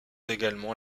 également